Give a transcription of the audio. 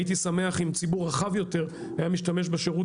הייתי שמח אם ציבור רחב יותר היה משתמש בשירות